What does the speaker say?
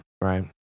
Right